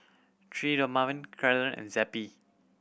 Dermaveen Ceradan and Zappy